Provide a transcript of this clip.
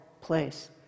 place